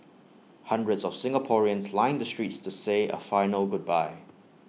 hundreds of Singaporeans lined the streets to say A final goodbye